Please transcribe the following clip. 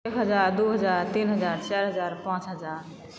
एक हजार दू हजार तीन हजार चारि हजार पाॅंच हजार